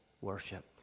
worship